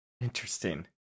Interesting